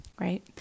right